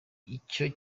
icyo